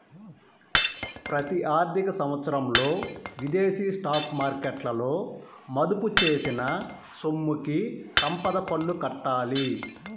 ప్రతి ఆర్థిక సంవత్సరంలో విదేశీ స్టాక్ మార్కెట్లలో మదుపు చేసిన సొమ్ముకి సంపద పన్ను కట్టాలి